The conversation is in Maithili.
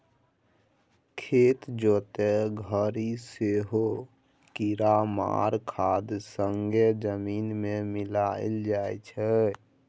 खेत जोतय घरी सेहो कीरामार खाद संगे जमीन मे मिलाएल जाइ छै